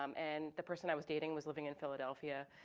um and the person i was dating was living in philadelphia.